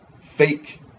fake